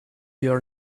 your